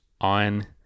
on